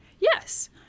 Yes